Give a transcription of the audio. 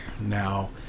Now